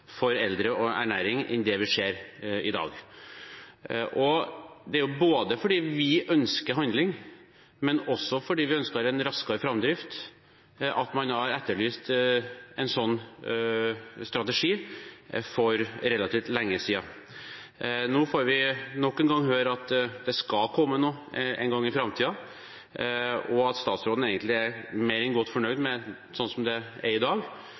eldre og ernæring enn det vi ser i dag. Det er både fordi vi ønsker handling og også fordi vi ønsker en raskere framdrift at man har etterlyst en sånn strategi for relativt lenge siden. Nå får vi nok en gang høre at det skal komme noe en gang i framtiden, og at statsråden egentlig er mer enn godt fornøyd med sånn som det er i dag,